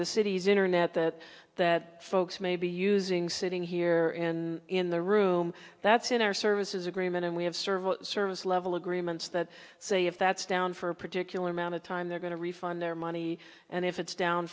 the city's internet that that folks may be using sitting here in the room that's in our service is agreement and we have server service level agreements that say if that's down for a particular amount of time they're going to refund their money and if it's down